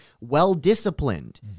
well-disciplined